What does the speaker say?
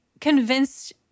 convinced